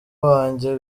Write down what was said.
wanjye